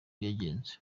yagenze